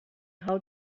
how